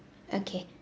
okay